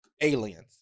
aliens